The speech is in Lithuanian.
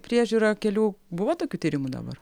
priežiūra kelių buvo tokių tyrimų dabar